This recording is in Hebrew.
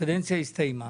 הקדנציה נסתיימה